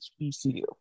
HBCU